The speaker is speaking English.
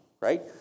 right